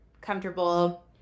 comfortable